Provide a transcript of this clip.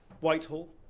Whitehall